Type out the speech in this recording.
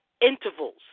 intervals